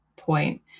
Point